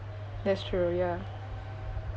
that's true ya